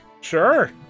Sure